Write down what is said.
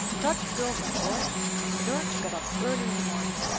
dutch girls and boys must learn to get up early in the morning,